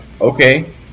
okay